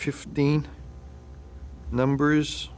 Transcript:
fifteen numbers